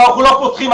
ואנחנו לא פותחים.